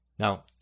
Now